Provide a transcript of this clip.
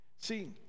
See